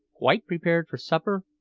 quite prepared for supper,